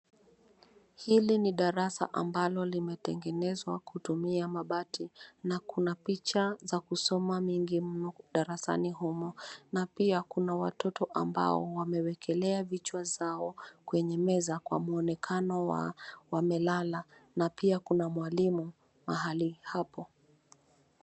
Hili ni darasa ambalo limetengenezwa kutumia mabati na kuna picha za kusoma mingi mno darasani humo na pia kuna watoto ambao wamewekelea vichwa zao kwenye meza kwa muonekana wa wamelala na pia kuna mwalimu mahali hapo.